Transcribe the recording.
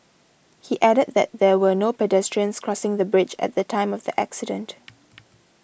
he added that there were no pedestrians crossing the bridge at the time of the accident